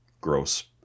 gross